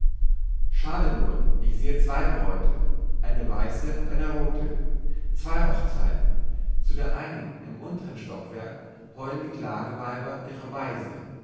schade nur ich sehe zwei bräute eine weiße und eine rothe zwei hochzeiten zu der einen im untern stockwerk heulen die klageweiber ihre weise